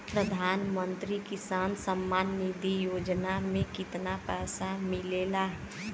प्रधान मंत्री किसान सम्मान निधि योजना में कितना पैसा मिलेला?